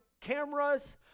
cameras